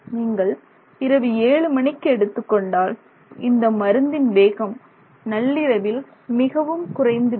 நீங்கள் இரவு 7 மணிக்கு எடுத்துக்கொண்டால் இந்த மருந்தின் வேகம் நள்ளிரவில் மிகவும் குறைந்துவிடும்